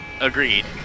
Agreed